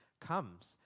comes